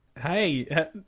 Hey